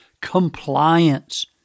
compliance